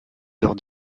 lors